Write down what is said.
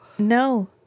No